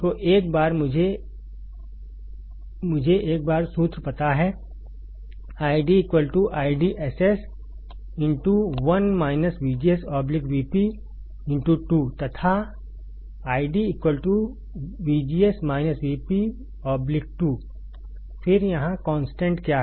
तो एक बार मुझे एक बार सूत्र पता है ID ID SS 1 VGS VP 2 तथा आईडी 2 फिर यहाँ कॉन्स्टेंट क्या है